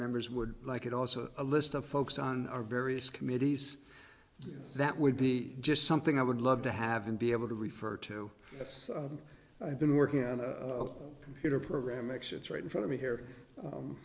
members would like it also a list of folks on our various committees that would be just something i would love to have and be able to refer to as i've been working on a computer program x it's right in front of me here